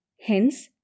hence